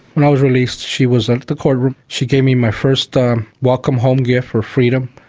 when i was released she was at the courtroom, she gave me my first um welcome home gift for freedom.